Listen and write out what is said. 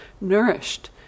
nourished